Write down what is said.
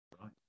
Right